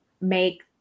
make